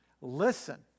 Listen